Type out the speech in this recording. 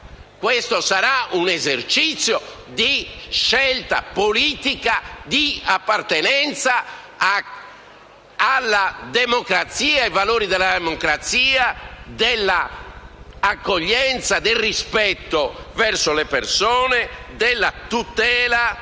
ma sarà un esercizio di scelta politica, di appartenenza alla democrazia e ai valori della democrazia, dell'accoglienza, del rispetto verso le persone, della tutela